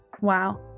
wow